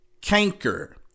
canker